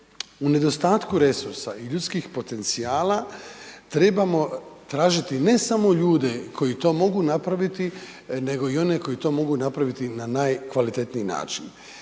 u nedostatku resursa i ljudskih potencijala trebamo tražiti ne samo ljude koji to mogu napraviti, nego i one koji to mogu napraviti na najkvalitetniji način.